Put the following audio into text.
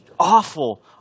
Awful